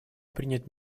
принять